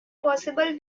possible